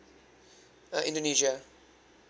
uh indonesia